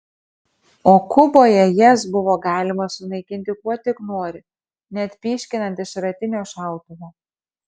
o kuboje jas buvo galima sunaikinti kuo tik nori net pyškinant iš šratinio šautuvo